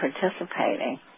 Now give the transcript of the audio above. participating